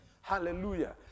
Hallelujah